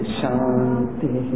shanti